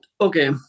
Okay